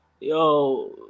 Yo